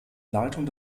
leitung